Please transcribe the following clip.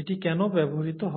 এটি কেন ব্যবহৃত হয়